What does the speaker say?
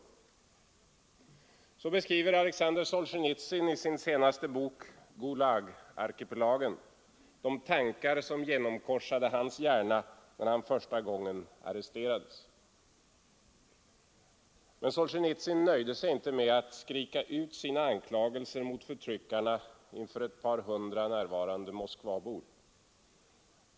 ” Allmänpolitisk Så beskriver Alexander Solzjenitsyn i sin senaste bok — Gulagarkipeladebatt gen — de tankar som genomkorsade hans hjärna när han första gången arresterades. Men Solzjenitsyn nöjde sig inte med att skrika ut sina anklagelser mot förtryckarna inför ett par hundra närvarande Moskvabor.